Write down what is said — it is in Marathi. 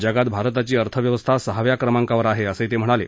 जगात भारताची अर्थव्यवस्था सहाव्या क्रमांकावर आहे असंही ते म्हणाले